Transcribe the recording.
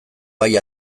bai